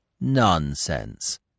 Nonsense